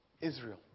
Israel